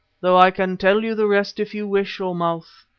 though i can tell you the rest if you wish, o mouth.